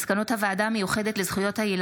הודעת שר החינוך על מסקנות הוועדה המיוחדת לזכויות הילד